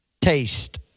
taste